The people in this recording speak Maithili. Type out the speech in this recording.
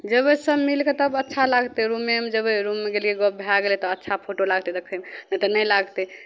जयबै सभ मिलि कऽ तब अच्छा लागतै रूमेमे जयबै रूममे गेलियै गप्प भए गेलै तऽ अच्छा फोटो लागतै देखयमे नहि तऽ नहि लागतै